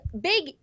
big